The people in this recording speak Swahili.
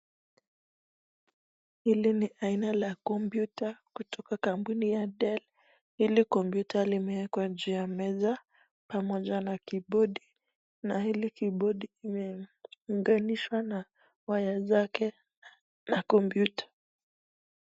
Hili ni aina la kompyuta kutoka kampuni ya DELL. Hili kompyuta limeekwa juu ya meza pamoja na kibodi na hili kibodi limeuganishwa na waya zake na kompyuta.